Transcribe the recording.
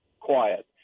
quiet